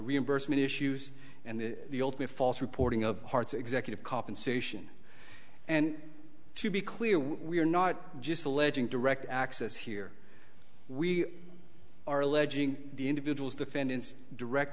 reimbursement issues and the ultimate false reporting of hearts executive compensation and to be clear we are not just alleging direct access here we are alleging the individuals defendants direct